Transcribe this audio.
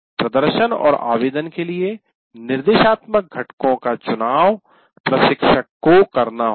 प्रदर्शन और आवेदन के लिए निर्देशात्मक घटकों का चुनाव प्रशिक्षक को करना होगा